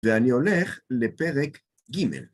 ואני הולך לפרק ג'